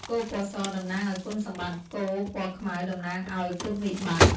គោ ពណ៌ស តំណាងឱ្យគុណសម្បត្តិ គោពណ៌ខ្មៅ តំណាងឱ្យគុណវិបិត្ត។